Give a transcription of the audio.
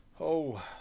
oh,